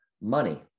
money